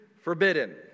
forbidden